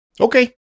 Okay